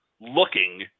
looking